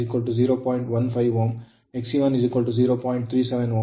15ohm Xe10